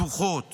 פתוחות